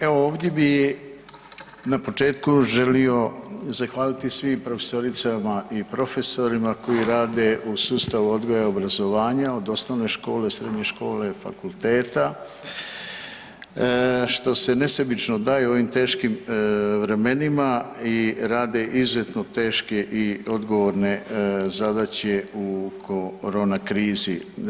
Evo ovdje bi na početku želio zahvaliti svim profesoricama i profesorima koji rade u sustavu odgoja i obrazovanja od osnovne škole, srednje škole, fakulteta što se nesebično daju u ovim teškim vremenima i rade izuzetno teške i odgovorne zadaće u korona krizi.